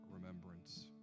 remembrance